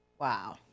Wow